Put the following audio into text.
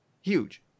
huge